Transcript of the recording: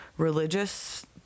Religious